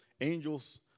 angels